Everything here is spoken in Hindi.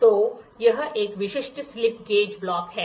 तो यह एक विशिष्ट स्लिप गेज ब्लॉक है